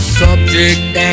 subject